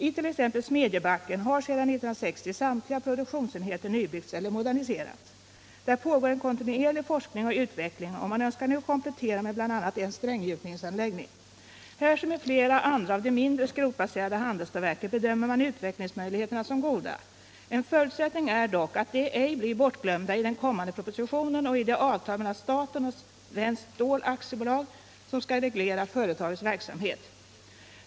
I t.ex. Smedjebacken har sedan 1960 samtliga produktionsenheter nybyggts eller moderniserats. Där pågår en kontinuerlig forskning och utveckling, och man önskar nu komplettera med bl.a. en stränggjutningsanläggning. Här som i flera andra av de mindre, skrotbaserade handelsstålverken bedömer man utvecklingsmöjligheterna som goda. En förutsättning är dock att dessa stålverk ej blir bortglömda i den kommande propositionen och i det avtal mellan staten och Svenskt Stål AB som skall reglera företagets verksamhet.